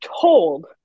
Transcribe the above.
told